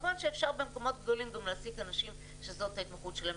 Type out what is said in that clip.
כמובן שאפשר במקומות גדולים גם לשים אנשים שזאת ההתמחות שלהם.